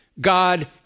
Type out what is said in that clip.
God